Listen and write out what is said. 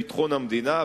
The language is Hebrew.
ביטחון המדינה,